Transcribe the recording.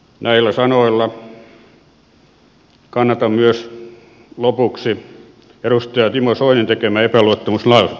näillä sanoilla kannatan myös lopuksi edustaja timo soinin tekemää epäluottamuslausetta